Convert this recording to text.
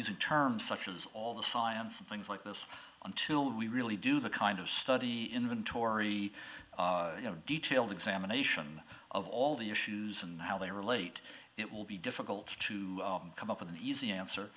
reason terms such as all the science and things like this until we really do the kind of study inventory detailed examination of all the issues and how they relate it will be difficult to come up with an easy answer